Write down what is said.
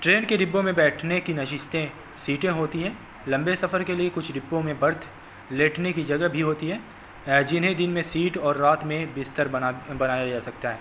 train کے ڈبوں میں بیٹھنے کی نشستیں سیٹیں ہوتی ہیں لمبے سفر کے لیے کچھ ڈبوں میں برتھ لیٹنے کی جگہ بھی ہوتی ہے جنہیں دن میں سیٹ اور رات میں بستر بنا بنایا جا سکتا ہے